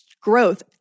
growth